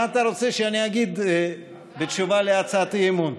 מה אתה רוצה שאני אגיד בתשובה על הצעת האי-אמון?